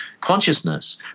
consciousness